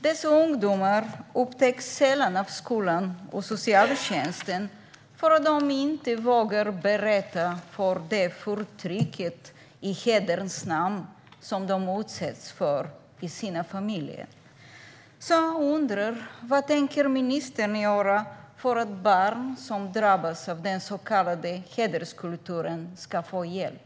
Dessa ungdomar upptäcks sällan av skolan och socialtjänsten för att de inte vågar berätta på grund av det förtryck i hederns namn som de utsätts för i sina familjer. Jag undrar därför vad ministern tänker göra för att barn som drabbas av den så kallade hederskulturen ska få hjälp.